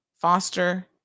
Foster